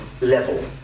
level